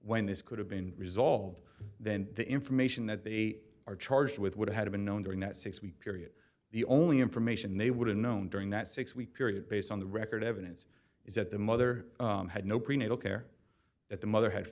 when this could have been resolved then the information that they are charged with would have been known during that six week period the only information they would have known during that six week period based on the record evidence is that the mother had no prenatal care that the mother had